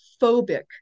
phobic